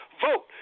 vote